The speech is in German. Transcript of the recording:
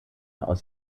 aus